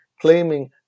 claiming